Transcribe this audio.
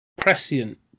prescient